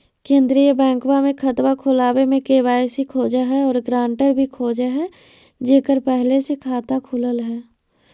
केंद्रीय बैंकवा मे खतवा खोलावे मे के.वाई.सी खोज है और ग्रांटर भी खोज है जेकर पहले से खाता खुलल है?